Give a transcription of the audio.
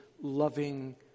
loving